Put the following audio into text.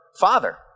father